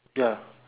ya